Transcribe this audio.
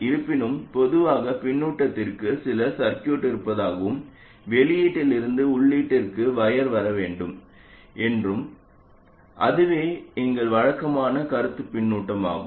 இருப்பினும் பொதுவாக பின்னூட்டத்திற்கு சில சர்க்யூட் இருப்பதாகவும் வெளியீட்டில் இருந்து உள்ளீட்டிற்கு வயர் வர வேண்டும் என்றும் அதுவே எங்கள் வழக்கமான கருத்துப் பின்னூட்டமாகும்